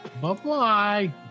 Bye-bye